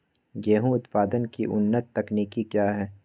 गेंहू उत्पादन की उन्नत तकनीक क्या है?